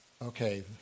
Okay